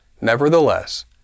Nevertheless